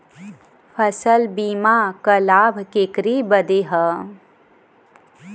फसल बीमा क लाभ केकरे बदे ह?